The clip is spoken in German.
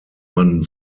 man